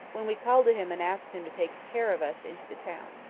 when we called to him and asked him to take care of us into the town.